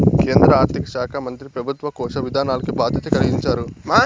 కేంద్ర ఆర్థిక శాకా మంత్రి పెబుత్వ కోశ విధానాల్కి బాధ్యత కలిగించారు